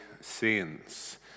sins